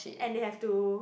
and they have to